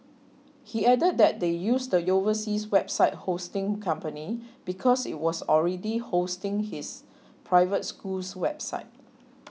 he added that they used the overseas website hosting company because it was already hosting his private school's website